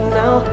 now